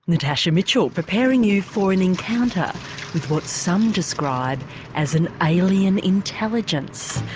natasha mitchell, preparing you for an encounter with what some describe as an alien intelligence.